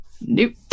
Nope